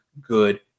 good